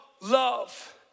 love